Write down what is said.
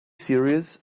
series